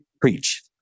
preach